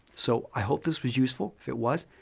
so, i hope this was useful. if it was,